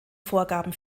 vorgaben